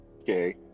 Okay